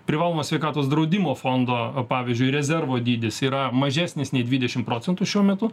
privalomo sveikatos draudimo fondo pavyzdžiui rezervo dydis yra mažesnis nei dvidešim procentų šiuo metu